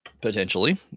Potentially